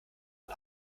man